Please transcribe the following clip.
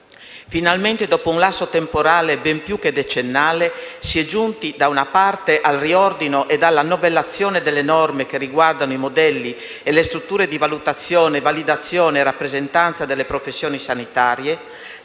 Finalmente, dopo un lasso temporale ben più che decennale, sì è giunti, da una parte, al riordino e alla novellazione delle norme che riguardano i modelli e le strutture di valutazione, validazione e rappresentanza delle professioni sanitarie;